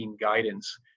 guidance